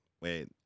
wait